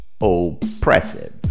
oppressive